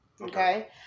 Okay